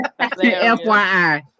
FYI